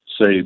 say